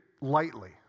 lightly